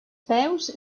peus